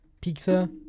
pizza